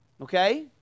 okay